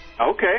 Okay